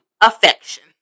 affection